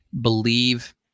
believe